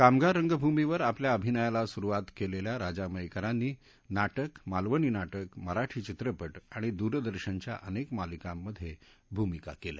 कामगार रंगभूमीवर आपल्या अभियानाला सुरुवात केलेल्या राजा मयेकरांनी नाटकं मालवणी नाटकं मराठी चित्रपट आणि दूरदर्शनच्या अनेक मालिकांमधे भूमिका केल्या